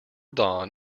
dawn